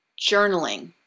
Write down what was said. journaling